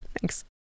thanks